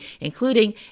including